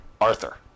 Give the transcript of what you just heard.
Arthur